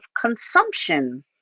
consumption